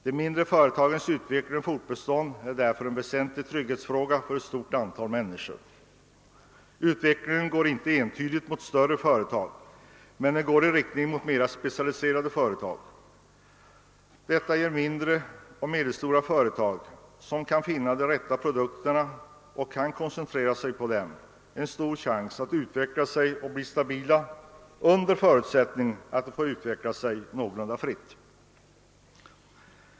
De mindre företagens utveckling och fortbestånd är därför en väsentlig trygghetsfråga för ett stort antal människor. Utvecklingen går inte entydigt i riktning mot större företag, men dock mot mer specialiserade företag. Detta ger de mindre och medelstora företag, som kan finna de rätta produkterna och koncentrera sig på dem, en stor chans att utveckla sig och bli stabila under förutsättning att de får utveckla sig fritt.